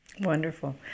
Wonderful